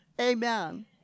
Amen